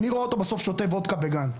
אני רואה אותו בסוף שותה וודקה בגן.